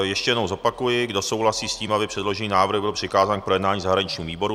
Ještě jednou zopakuji kdo souhlasí s tím, aby předložený návrh byl přikázán k projednání zahraničnímu výboru.